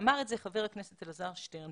אמר את זה חבר הכנסת אלעזר שטרן.